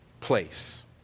place